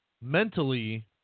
mentally